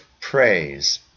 praise